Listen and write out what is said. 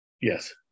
Yes